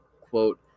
quote